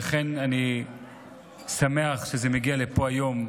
לכן אני שמח שזה מגיע לפה היום,